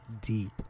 deep